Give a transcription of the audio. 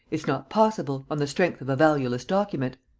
it's not possible, on the strength of a valueless document.